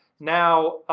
now,